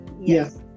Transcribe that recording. Yes